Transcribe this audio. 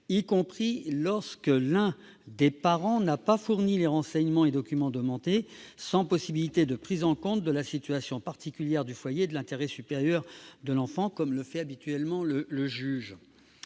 y compris lorsque l'un des parents n'a pas fourni les renseignements et documents demandés, sans possibilité de prise en compte de la situation particulière du foyer et de l'intérêt supérieur de l'enfant, comme le fait habituellement le juge.